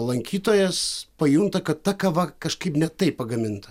lankytojas pajunta kad ta kava kažkaip ne taip pagaminta